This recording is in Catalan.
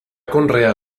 conrear